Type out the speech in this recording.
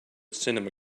cinema